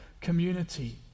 community